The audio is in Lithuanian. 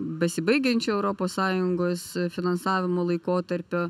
besibaigiančio europos sąjungos finansavimo laikotarpio